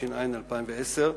התש"ע 2010,